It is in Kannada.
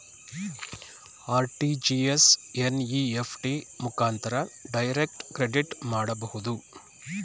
ಆರ್.ಟಿ.ಜಿ.ಎಸ್, ಎನ್.ಇ.ಎಫ್.ಟಿ ಮುಖಾಂತರ ಡೈರೆಕ್ಟ್ ಕ್ರೆಡಿಟ್ ಮಾಡಬಹುದು